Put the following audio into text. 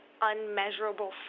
unmeasurable